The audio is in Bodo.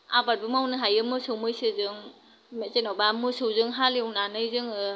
आबादबो मावनो हायो मोसौ मैसोजों ओमफाय जेनबा मोसौजों हालेवनानै जोङो